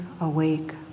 awake